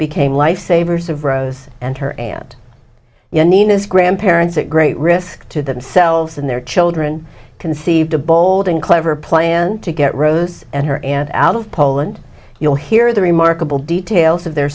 became lifesavers of rose and her and you need this grandparents at great risk to themselves and their children conceived a bold and clever plan to get rose and her aunt out of poland you'll hear the remarkable details of their